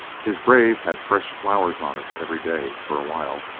his grave had fresh flowers on it every day, for a while,